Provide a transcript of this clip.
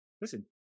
listen